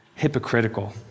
Hypocritical